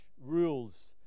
rules